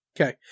Okay